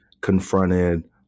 confronted